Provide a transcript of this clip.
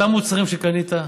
אותם מוצרים שקנית,